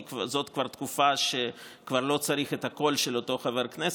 כי זאת כבר תקופה שבה כבר לא צריך את הקול של אותו חבר כנסת,